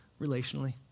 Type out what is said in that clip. relationally